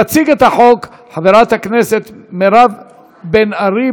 תציג את החוק חברת הכנסת מירב בן ארי,